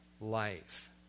life